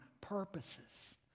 purposes